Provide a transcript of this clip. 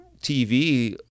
TV